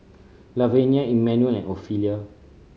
Lavenia Emanuel and Ofelia